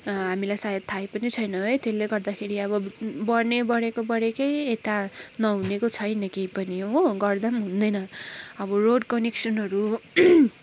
हामीलाई सायद थाहै पनि छैन है त्यसले गर्दाखेरि अब बढ्ने बढेको बढेकै यता नहुनेको छैन के पनि हो गर्दा पनि हुँदैन अब रोड कनेक्सनहरू